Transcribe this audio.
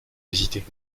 hésiter